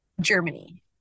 Germany